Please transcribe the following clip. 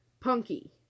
Punky